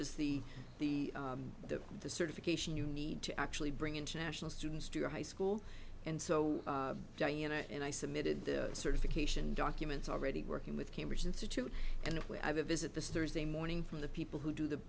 is the the the the certification you need to actually bring international students to your high school and so diana and i submitted the certification documents already working with cambridge institute and when i visit this thursday morning from the people who do the